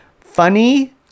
funny